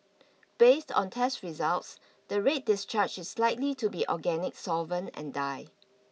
based on test results the red discharge is likely to be organic solvent and dye